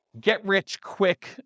get-rich-quick